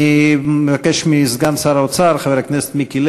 אני מבקש מסגן שר האוצר חבר הכנסת מיקי